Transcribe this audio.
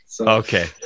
Okay